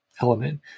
element